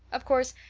of course,